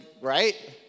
right